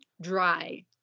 dry